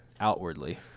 outwardly